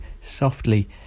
softly